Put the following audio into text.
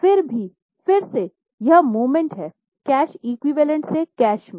फिर भी कैश और कैश एक्विवैलेन्ट से कैश में